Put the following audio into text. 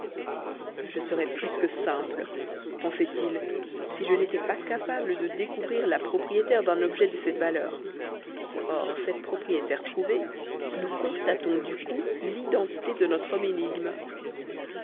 je serais plus que simple pensait-il si je n'étais pas capable de découvrir la propriétaire d'un objet de cette valeur or cette propriétaire trouvée nous constatons du coup l'identité de notre